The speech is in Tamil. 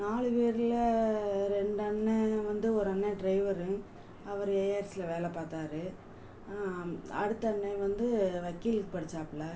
நாலு பேரில் ரெண்டு அண்ணன் வந்து ஒரு அண்ணன் ட்ரைவரு அவர் ஏஆர்சில வேலை பார்த்தாரு அடுத்த அண்ணன் வந்து வக்கீலுக்கு படிச்சாப்புல